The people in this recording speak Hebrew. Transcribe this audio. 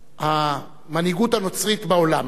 מהמנהיגות הנוצרית בעולם